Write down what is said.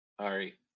Sorry